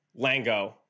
Lango